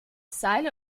seile